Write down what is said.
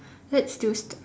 let's do st~